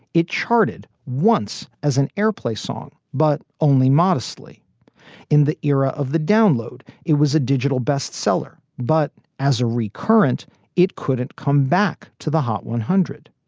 it charted once as an airplay song, but only modestly in the era of the download. it was a digital best-seller, but as a recurrent it couldn't come back to the hot one hundred.